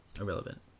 irrelevant